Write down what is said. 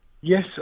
Yes